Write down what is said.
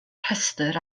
rhestr